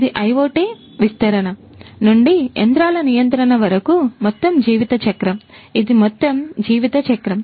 ఇది IoT విస్తరణ నుండి యంత్రాల నియంత్రణ వరకు మొత్తం జీవితచక్రంఇది మొత్తం జీవితచక్రం